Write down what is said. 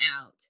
out